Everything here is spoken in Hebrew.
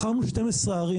בחרנו 12 ערים